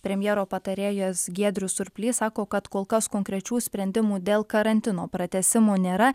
premjero patarėjas giedrius surplys sako kad kol kas konkrečių sprendimų dėl karantino pratęsimo nėra